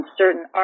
certain